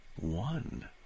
One